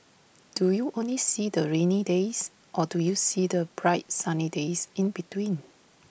do you only see the rainy days or do you see the bright sunny days in between